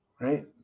right